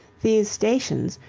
these stations,